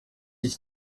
iki